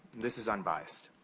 this is unbiased.